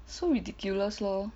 so ridiculous lor